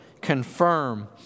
confirm